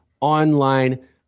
Online